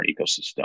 ecosystem